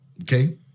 Okay